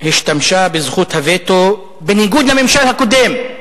השתמשה בזכות הווטו, בניגוד לממשל הקודם,